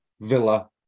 Villa